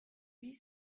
huit